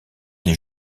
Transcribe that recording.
des